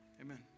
amen